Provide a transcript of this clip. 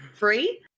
free